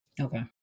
Okay